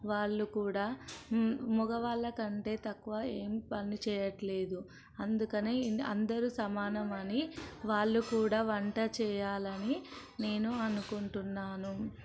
వాళ్లు కూడా మగవాళ్ళ కంటే తక్కువ ఏమి పని చేయట్లేదు అందుకనే అందరూ సమానమని వాళ్లు కూడా వంట చేయాలని నేను అనుకుంటున్నాను